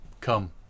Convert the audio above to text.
come